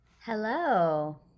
Hello